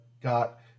got